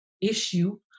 issue